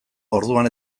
orduan